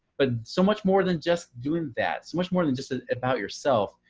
but so much more than just doing that, so much more than just about yourself.